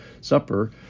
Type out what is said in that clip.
Supper